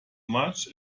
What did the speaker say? much